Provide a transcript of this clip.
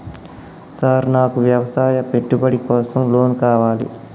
Sir నాకు వ్యవసాయ పెట్టుబడి కోసం లోన్ కావాలి?